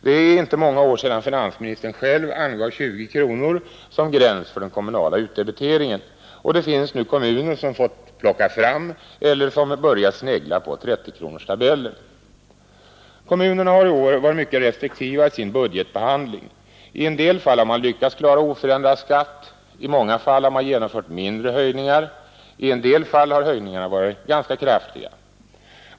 Det är inte många år sedan finansministern själv angav 20 kronor som gräns för den kommunala utdebiteringen. Det finns nu kommuner som fått plocka fram eller som börjat snegla på 30-kronorstabellen. Kommunerna har i år varit mycket restriktiva i sin budgetbehandling. I en del fall har man lyckats klara oförändrad skatt, i många fall har man genomfört mindre höjningar. I vissa fall har höjningarna varit ganska kraftiga.